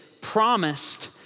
promised